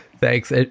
Thanks